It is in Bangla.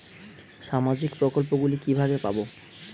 সামাজিক প্রকল্প গুলি কিভাবে পাব?